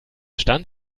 stand